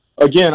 Again